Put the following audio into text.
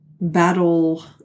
battle